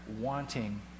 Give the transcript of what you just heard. wanting